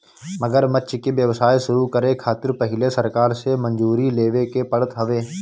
मगरमच्छ के व्यवसाय शुरू करे खातिर पहिले सरकार से मंजूरी लेवे के पड़त हवे